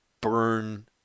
Burn—